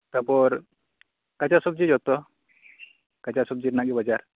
ᱛᱟᱯᱚᱨ ᱠᱟᱸᱪᱟ ᱥᱚᱵᱡᱤ ᱡᱚᱛᱚ ᱠᱟᱸᱪᱟ ᱥᱚᱵᱡᱤ ᱨᱮᱱᱟᱜ ᱜᱮ ᱵᱟᱡᱟᱨ